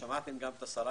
שמעתם גם את סקירת השרה,